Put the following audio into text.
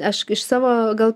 aš iš savo gal